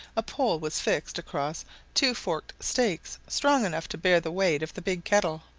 a pole was fixed across two forked stakes, strong enough to bear the weight of the big kettle.